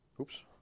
oops